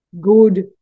good